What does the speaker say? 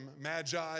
magi